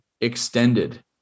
extended